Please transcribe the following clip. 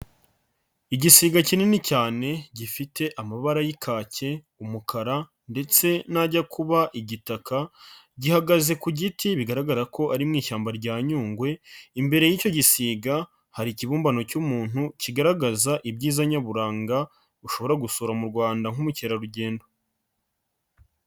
Igisiga kinini cyane gifite amabara y'ikake, umukara ndetse n'ajya kuba igitaka, gihagaze ku giti bigaragara ko ari mu ishyamba rya Nyungwe, imbere y'icyo gisiga hari ikibumbano cy'umuntu, kigaragaza ibyiza nyaburanga, ushobora gusura mu Rwanda nk'umukerarugendo.